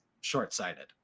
short-sighted